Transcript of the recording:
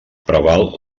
preval